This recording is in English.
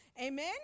Amen